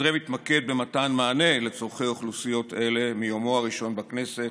אנדרי מתמקד במתן מענה לצורכי אוכלוסיות אלה מיומו הראשון בכנסת,